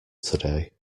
today